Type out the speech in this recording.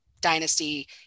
dynasty